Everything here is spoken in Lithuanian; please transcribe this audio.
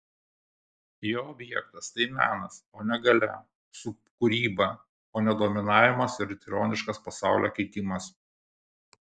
jo objektas tai menas o ne galia subkūryba o ne dominavimas ir tironiškas pasaulio keitimas